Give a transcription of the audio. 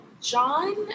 John